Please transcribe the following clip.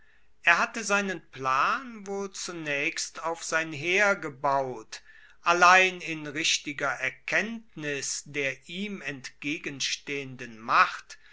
er hatte seinen plan wohl zunaechst auf sein heer gebaut allein in richtiger erkenntnis der ihm entgegenstehenden macht